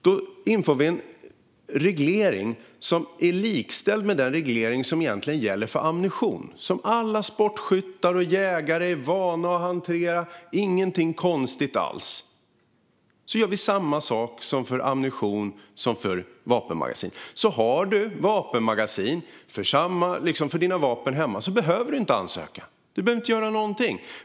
Då inför vi en reglering som är likställd med den reglering som gäller för ammunition, som alla sportskyttar och jägare är vana vid att hantera. Det är ingenting konstigt alls. Vi gör så att det blir samma sak för vapenmagasin som för ammunition. Har du vapenmagasin till dina vapen hemma behöver du inte ansöka - du behöver då inte göra någonting.